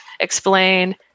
explain